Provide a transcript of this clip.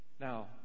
Now